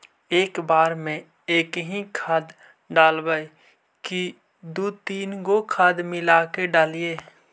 एक बार मे एकही खाद डालबय की दू तीन गो खाद मिला के डालीय?